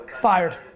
Fired